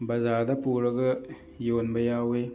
ꯕꯖꯥꯔꯗ ꯄꯨꯔꯒ ꯌꯣꯟꯕ ꯌꯥꯎꯋꯤ